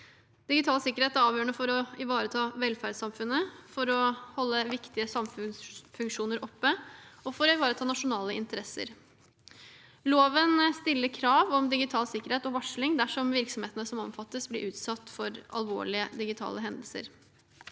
Digital sikkerhet er avgjørende for å ivareta velferdssamfunnet, for å holde viktige samfunnsfunksjoner oppe og for å ivareta nasjonale interesser. Loven stiller krav om digital sikkerhet og varsling dersom virksomhetene som omfattes, blir utsatt for alvorlige digitale hendelser.